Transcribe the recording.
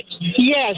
Yes